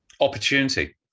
opportunity